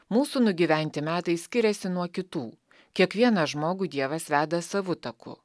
mūsų nugyventi metai skiriasi nuo kitų kiekvieną žmogų dievas veda savu taku